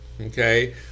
okay